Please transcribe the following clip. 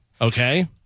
Okay